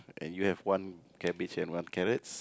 and you have one cabbage and one carrots